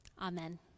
Amen